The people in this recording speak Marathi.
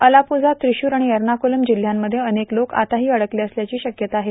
अलापूझा त्रिशूर आणि एर्नाकुलम जिल्हयांमध्ये अनेक लोक आताही अडकले असल्याची शक्यता आहे